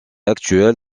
actuel